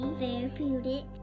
therapeutic